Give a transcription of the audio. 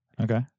Okay